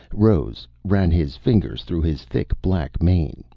rose, ran his fingers through his thick black mane,